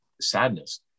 sadness